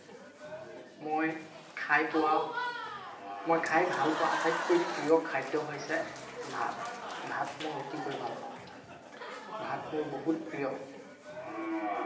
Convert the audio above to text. মই খাই পোৱা মই খাই ভাল পোৱা আটাইতকৈ প্ৰিয় খাদ্য হৈছে ভাত ভাত মই অতিকৈ ভাল পাওঁ ভাত মোৰ বহুত প্ৰিয়